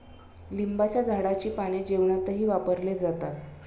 लिंबाच्या झाडाची पाने जेवणातही वापरले जातात